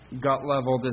gut-level